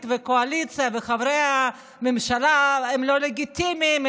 והקואליציה וחברי הממשלה: הם לא לגיטימיים,